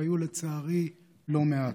והיו לצערי לא מעט: